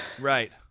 right